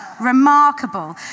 remarkable